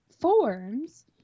forms